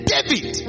David